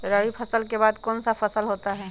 रवि फसल के बाद कौन सा फसल होता है?